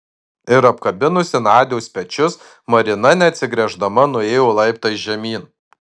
ir apkabinusi nadios pečius marina neatsigręždama nuėjo laiptais žemyn